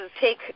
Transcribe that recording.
take